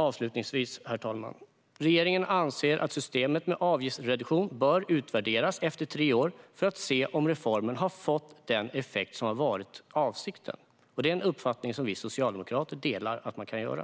Avslutningsvis, herr talman, anser regeringen att systemet med avgiftsreduktion bör utvärderas efter tre år för att se om reformen har fått den effekt som var avsikten. Vi socialdemokrater delar uppfattningen att man kan göra